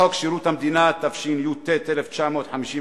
בחוק שירות המדינה, התשי"ט 1959,